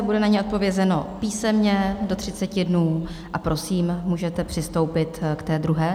Bude na ni odpovězeno písemně do 30 dnů a prosím, můžete přistoupit k té druhé.